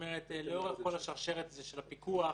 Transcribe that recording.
לאורך כל השרשרת זה של הפיקוח.